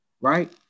right